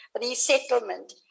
resettlement